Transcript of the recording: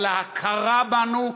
על ההכרה בנו,